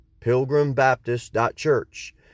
pilgrimbaptist.church